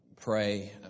pray